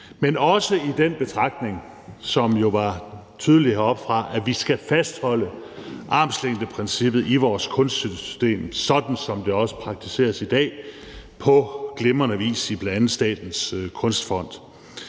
men også den betragtning, som jo var tydelig heroppefra, nemlig at vi skal fastholde armslængdeprincippet i vores kunststøttesystem, sådan som det også praktiseres i dag på glimrende vis i bl.a. Statens Kunstfond.